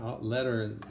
letter